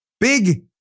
Big